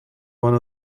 one